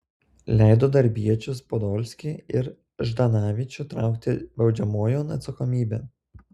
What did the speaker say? leido darbiečius podolskį ir ždanavičių traukti baudžiamojon atsakomybėn